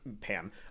Pam